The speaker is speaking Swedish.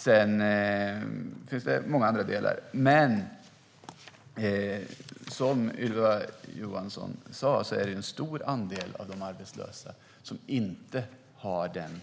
Sedan finns det många andra delar, men som Ylva Johansson sa är det en stor andel av de arbetslösa som inte har den